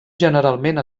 generalment